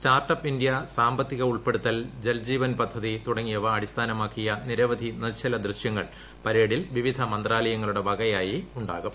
startup India സാമ്പത്തിക ഉൾപ്പെടുത്തൽ ജൽ ജീവൻ പദ്ധതി തുടങ്ങിയവ അടിസ്ഥാനമാക്കിയ നിരവധി നിശ്ചല ദൃശ്യങ്ങൾ പരേഡിൽ വിവിധ മന്ത്രാലങ്ങളുടെ വകയായി ഉണ്ടാകും